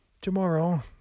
Tomorrow